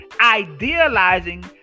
idealizing